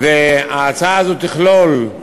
וההצעה הזאת תכלול את